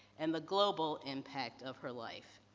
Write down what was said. and the global impact of her life.